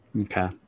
Okay